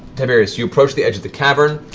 tiberius, you approach the edge of the cavern.